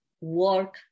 work